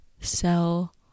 sell